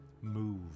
move